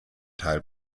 teil